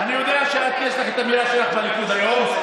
אני יודע שיש לך את המילה שלך בליכוד היום.